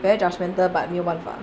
very judgmental but 没有办法